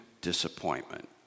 disappointment